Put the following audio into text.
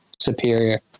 superior